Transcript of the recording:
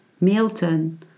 Milton